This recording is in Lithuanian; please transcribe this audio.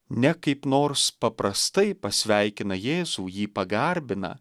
ne kaip nors paprastai pasveikina jėzų jį pagarbina